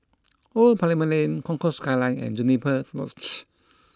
Old Parliament Lane Concourse Skyline and Juniper Lodge